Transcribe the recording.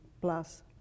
plus